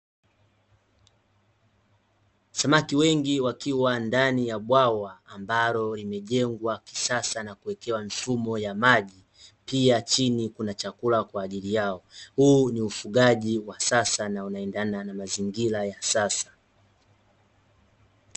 Samaki wengi wakiwa ndani ya bwawa, ambalo limejengwa kisasa na kuwekewa mifumo ya maji, pia chini kuna chakula kwa ajili yao. Huu ni ufugaji wa sasa na unaendana na mazingira ya sasa.